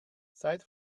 seit